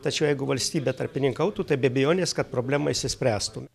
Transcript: tačiau jeigu valstybė tarpininkautų tai be abejonės kad problema išsispręstų